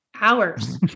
hours